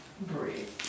breathe